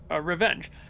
revenge